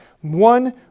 One